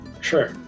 Sure